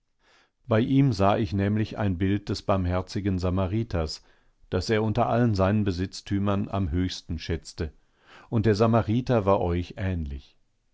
bei ihm sah ich nämlich ein bild des barmherzigen samariters das er unter allen seinen besitztümern am höchsten schätzte und der samariter war euch ähnlich